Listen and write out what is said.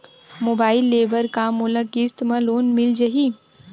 Mobile ले बर का मोला किस्त मा लोन मिल जाही?